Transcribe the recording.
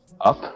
up